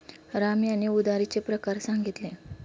राम यांनी उधारीचे प्रकार सांगितले